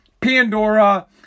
Pandora